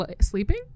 Sleeping